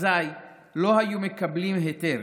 הם לא היו מקבלים היתר,